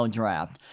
draft